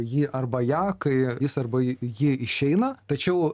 jį arba ją kai jis arba ji išeina tačiau